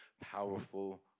powerful